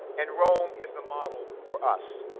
and rome is the model for us